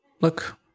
Look